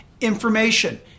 Information